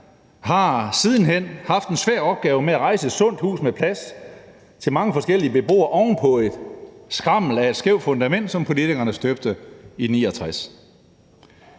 har siden hen haft en svær opgave med at rejse et sundt hus med plads til mange forskellige beboere oven på skrammel af et skævt fundament, som politikerne støbte i 1969.